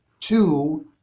two